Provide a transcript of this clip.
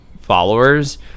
followers